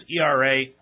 ERA